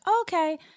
Okay